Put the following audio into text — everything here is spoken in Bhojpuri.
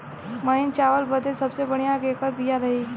महीन चावल बदे सबसे बढ़िया केकर बिया रही?